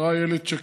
השרה איילת שקד.